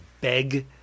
beg